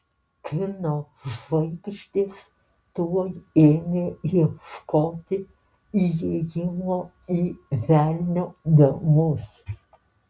kino žvaigždės tuoj ėmė ieškoti įėjimo į velnio namus